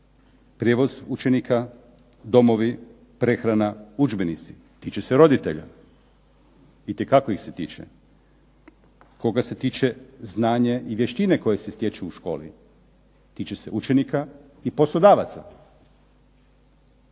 prijevoz učenika, domovi, prehrana, udžbenici? Tiče se roditelja. Itekako ih se tiče. Koga se tiče znanje i vještine koje se stječu u školi? Tiče se učenika i poslodavaca.